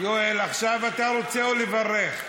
יואל, עכשיו אתה רוצה או לברך?